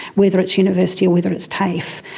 whether it's university or whether it's tafe,